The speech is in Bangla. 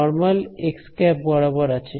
নরমাল xˆ বরাবর আছে